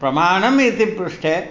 प्रमाणम् इति पृष्टे